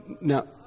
Now